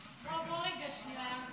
(חובת איתור בעלי חשבונות ללא תנועה),